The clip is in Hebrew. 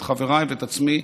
את חבריי ואת עצמי.